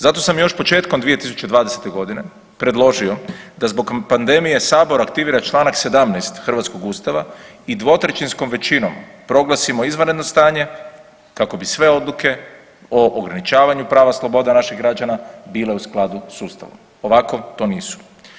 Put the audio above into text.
Zato sam još početkom 2020.g. predložio da zbog pandemije sabor aktivira čl. 17. hrvatskog ustava i dvotrećinskom većinom proglasimo izvanredno stanje kako bi sve odluke o ograničavanju prava sloboda naših građana bile u skladu s ustavom, ovako to nisu.